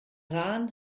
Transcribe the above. rahn